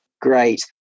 Great